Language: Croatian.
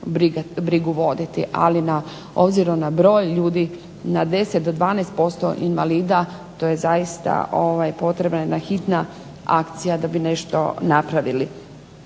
brigu voditi. Ali obzirom na broj ljudi, na 10 do 12% invalida to je zaista potrebna jedna hitna akcija da bi nešto napravili.